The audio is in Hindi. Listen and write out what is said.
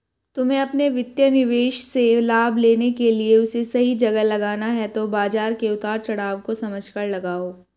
तुम्हे अपने वित्तीय निवेश से लाभ लेने के लिए उसे सही जगह लगाना है तो बाज़ार के उतार चड़ाव को समझकर लगाओ